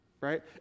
right